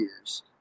years